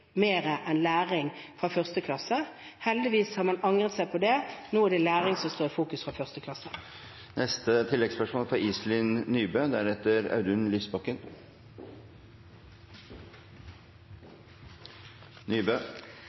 enn læring fra 1. klasse. Heldigvis har man angret på det. Nå er det læring som står i fokus fra første klasse.